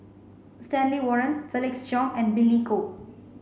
Stanley Warren Felix Cheong and Billy Koh